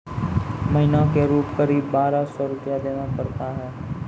महीना के रूप क़रीब बारह सौ रु देना पड़ता है?